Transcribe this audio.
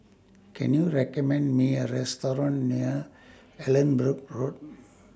Can YOU recommend Me A Restaurant near Allanbrooke Road